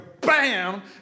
BAM